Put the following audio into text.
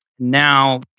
Now